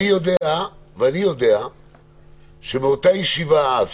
אני יודע שמאותה ישיבה אז,